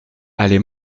allée